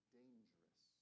dangerous